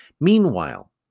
Meanwhile